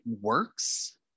works